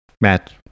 Matt